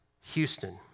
Houston